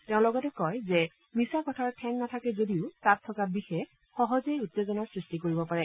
তেওঁ লগতে কয় যে মিছা কথাৰ ঠেং নাথাকে যদিও তাত থকা বিষে সহজেই উত্তেজনাৰ সৃষ্টি কৰিব পাৰে